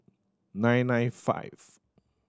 nine nine five